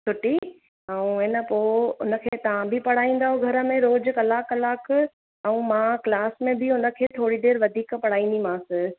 छुटी ऐं ऐंन पोइ उनखे तव्हां बि पढ़ाईंदव घर में रोज़ु कलाकु कलाकु ऐं मां क्लास में बि उनखे थोरी देरि वधीक पढ़ाईंदीमांसि